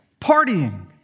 partying